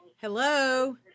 Hello